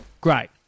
Great